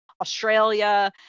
Australia